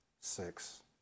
six